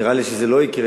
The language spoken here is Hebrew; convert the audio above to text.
נראה לי שזה לא יקרה.